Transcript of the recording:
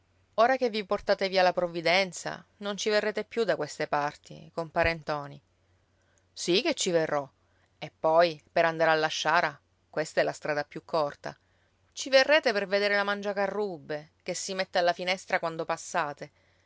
ora che vi portate via la provvidenza non ci verrete più da queste parti compare ntoni sì che ci verrò e poi per andare alla sciara questa è la strada più corta ci verrete per vedere la mangiacarrubbe che si mette alla finestra quando passate